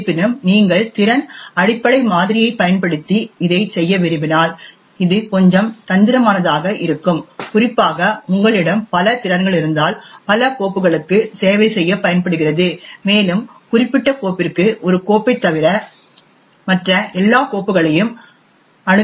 இருப்பினும் நீங்கள் திறன் அடிப்படை மாதிரியைப் பயன்படுத்தி இதைச் செய்ய விரும்பினால் இது கொஞ்சம் தந்திரமானதாக இருக்கும் குறிப்பாக உங்களிடம் பல திறன்கள் இருந்தால் பல கோப்புகளுக்கு சேவை செய்ய பயன்படுகிறது மேலும் குறிப்பிட்ட கோப்பிற்கு ஒரு கோப்பைத் தவிர மற்ற எல்லா கோப்புகளையும் அணுக வேண்டும்